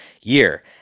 year